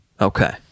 Okay